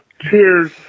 Cheers